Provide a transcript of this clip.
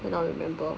and I remember